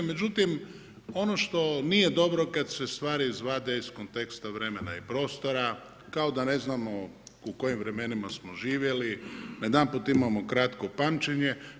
Međutim ono što nije dobro kad se stvari izvade iz konteksta, vremena i prostora, kao da ne znamo u kojim vremenima smo živjeli, najedanput imamo kratko pamćenje.